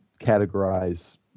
categorize